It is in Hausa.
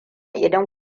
idan